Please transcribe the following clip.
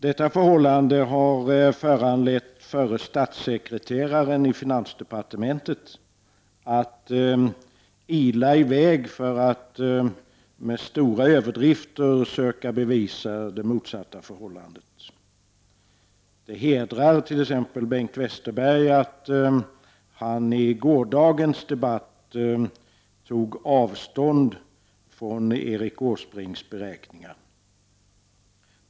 Detta förhållande har föranlett förre statssekreteraren i finansdepartementet att ila i väg för att med stora överdrifter söka bevisa det motsatta förhållandet. Det hedrar Bengt Westerberg att han i gårdagens debatt tog avstånd från Erik Åsbrinks beräkningar.